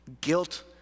Guilt